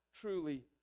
truly